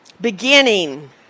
beginning